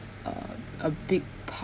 uh a big